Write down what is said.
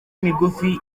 migufi